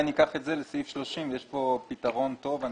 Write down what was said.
ניקח את זה לסעיף 30. יש כאן פתרון טוב.